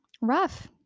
rough